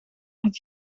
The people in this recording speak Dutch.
het